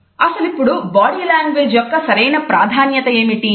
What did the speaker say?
అసలు ఇప్పుడు body language యొక్క సరైన ప్రాధాన్యత ఏమిటి